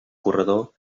corredor